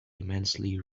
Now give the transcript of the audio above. immensely